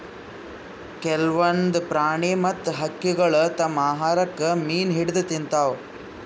ಕೆಲ್ವನ್ದ್ ಪ್ರಾಣಿ ಮತ್ತ್ ಹಕ್ಕಿಗೊಳ್ ತಮ್ಮ್ ಆಹಾರಕ್ಕ್ ಮೀನ್ ಹಿಡದ್ದ್ ತಿಂತಾವ್